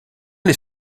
les